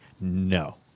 No